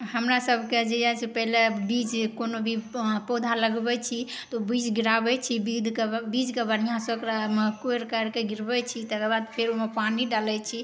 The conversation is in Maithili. हमरा सबके जहिया सऽ पहिले बीज कोनो भी पौधा लगबै छी तऽ बीज गिराबै छी बीजके बीजके बढ़िऑं सऽ ओकरा कोरि कारिके गिरबै छी तकरबाद फेर ओहिमे पानि डालै छी